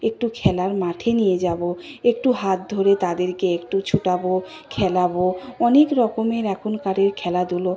একটু খেলার মাঠে নিয়ে যাব একটু হাত ধরে তাদেরকে একটু ছোটাব খেলাব অনেক রকমের এখনকার খেলাধুলো